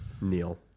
Neil